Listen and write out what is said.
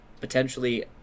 potentially